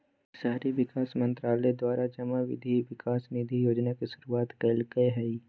शहरी विकास मंत्रालय द्वारा जमा वित्त विकास निधि योजना के शुरुआत कल्कैय हइ